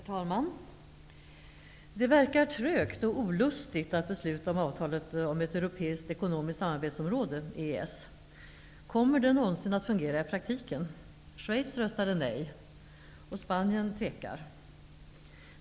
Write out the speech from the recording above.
Herr talman! Det verkar trögt och olustigt att besluta om avtalet om ett europeiskt ekonomiskt samarbetsområde, EES. Kommer det någonsin att fungera i praktiken? Schweiz röstade nej, och Spanien tvekar.